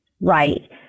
right